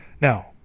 Now